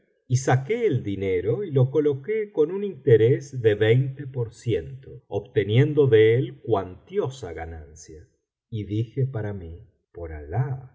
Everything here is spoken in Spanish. y saqué el dinero y lo coloqué con un interés de veinte por ciento obteniendo de él cuantiosa ganancia y dije para mí por alah